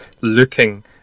looking